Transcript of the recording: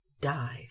dive